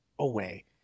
away